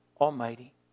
Almighty